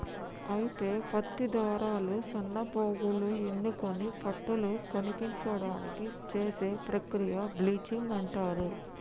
అయితే పత్తి దారాలు సన్నపోగులు ఎన్నుకొని పట్టుల కనిపించడానికి చేసే ప్రక్రియ బ్లీచింగ్ అంటారు